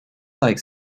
like